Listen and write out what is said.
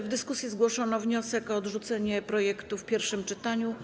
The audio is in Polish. W dyskusji zgłoszono wniosek o odrzucenie projektu w pierwszym czytaniu.